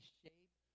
shape